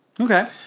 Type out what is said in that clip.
Okay